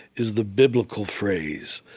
is the biblical phrase.